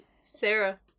Sarah